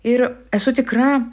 ir esu tikra